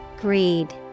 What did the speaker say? Greed